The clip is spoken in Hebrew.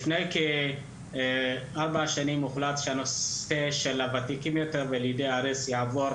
לפני כארבע שנים הוחלט שהנושא של הוותיקים וילידי הארץ יעבור